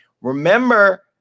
Remember